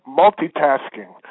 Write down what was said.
multitasking